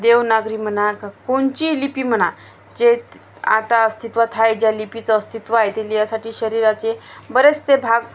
देवनागरी म्हणा का कोणची लिपी म्हणा जे आता अस्तित्वात आहे ज्या लिपीचं अस्तित्व आहे ते लिहायसाठी शरीराचे बरेचसे भाग